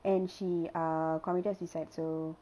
and she uh committed suicide so